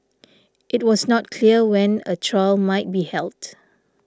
it was not clear when a trial might be held